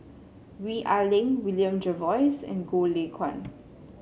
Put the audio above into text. Gwee Ah Leng William Jervois and Goh Lay Kuan